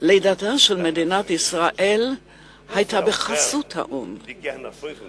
לידתה של מדינת ישראל היתה בחסות האו"ם.